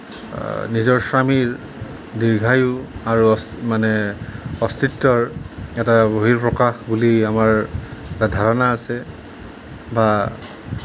নিজৰ স্বামীৰ দীৰ্ঘায়ু আৰু অস্ মানে অস্তিত্বৰ এটা বহিঃপ্ৰকাশ বুলি আমাৰ এটা ধাৰণা আছে বা